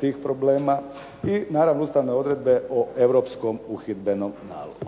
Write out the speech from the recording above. tih problema. I naravno ustavne odredbe o Europskom uhidbenom nalogu.